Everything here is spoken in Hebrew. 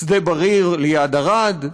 שדה בריר ליד ערד,